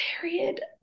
period